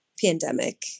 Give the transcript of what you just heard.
pandemic